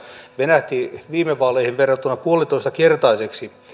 venähti viime vaaleihin verrattuna puolitoistakertaiseksi